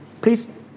Please